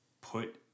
put